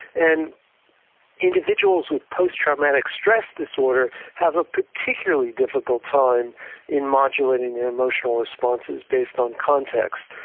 and individuals with post-traumatic stress disorder have a particularly difficult time in modulating their emotional responses based on context.